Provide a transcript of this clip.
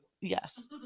yes